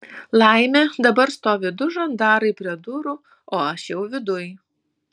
laimė dabar stovi du žandarai prie durų o aš jau viduj